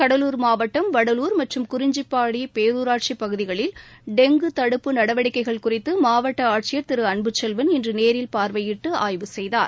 கடலூர் மாவட்டம் வடலூர் மற்றும் குறிஞ்சிப்பாடி பேரூராட்சி பகுதிகளில் டெங்கு தடுப்பு நடவடிக்கைகள் குறித்து மாவட்ட ஆட்சியர் திரு அன்புச்செல்வன் இன்று நேரில் பார்வையிட்டு ஆய்வு செய்தார்